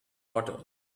water